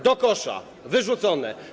Do kosza, wyrzucone.